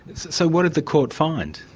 so what did the court find?